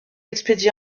expédié